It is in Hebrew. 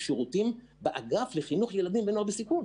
שירותים באגף לחינוך ילדים ונוער בסיכון,